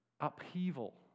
upheaval